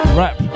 rap